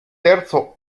terzo